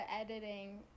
editing